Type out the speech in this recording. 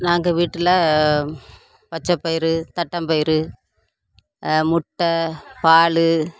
நாங்கள் வீட்டில் பச்சைப்பயிரு தட்டாம்பயிரு முட்டை பால்